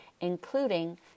including